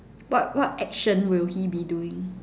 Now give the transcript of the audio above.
what what action will he be doing